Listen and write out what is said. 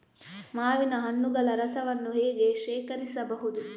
ಮಾವಿನ ಹಣ್ಣುಗಳ ರಸವನ್ನು ಹೇಗೆ ಶೇಖರಿಸಬಹುದು?